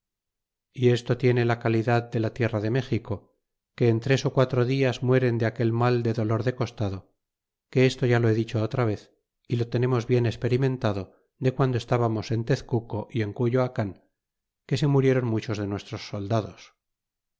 y esto tiene la calidad de la tierra de méxico que en tres ó quatro dias mueren de aquel mal de dolor de costado que esto ya lo he dicho otra vez y lo tenemos bien experimentado de guando estábamos en tez c u co y en criyoacan que se murieron muchos de nuestros soldados